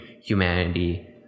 humanity